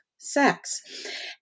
Sex